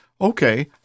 Okay